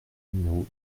numéro